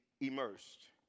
immersed